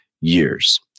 years